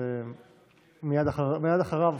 מייד אחריו,